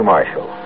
Marshall